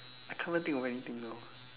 I can't even think of anything now